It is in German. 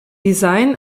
design